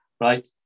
right